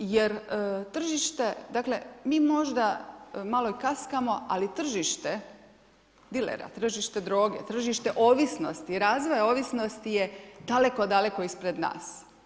Jer tržište, dakle mi možda malo i kaskamo, ali tržište dilera, tržište droge, tržište ovisnosti, razvoja ovisnosti je daleko, daleko ispred nas.